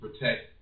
protect